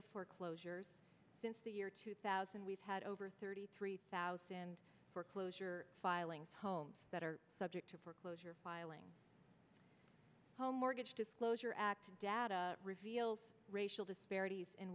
of foreclosures since the year two thousand we've had over thirty three thousand foreclosure filings homes that are subject to closure filing home mortgage disclosure act data reveals racial disparities in